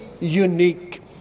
unique